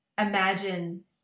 imagine